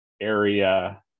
area